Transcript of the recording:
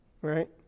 Right